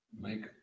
make